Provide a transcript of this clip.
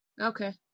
Okay